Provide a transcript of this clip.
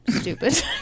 stupid